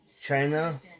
China